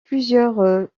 plusieurs